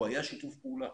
היה פה שיתוף פעולה